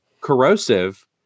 corrosive